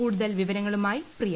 കൂടുതൽ വിവരങ്ങളുമായി പ്രിയ